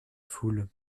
foule